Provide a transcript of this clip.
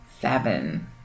seven